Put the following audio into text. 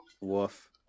Woof